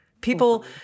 people